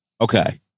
okay